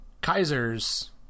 Kaiser's